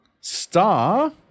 Star